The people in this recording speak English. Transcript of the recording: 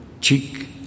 cheek